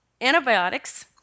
antibiotics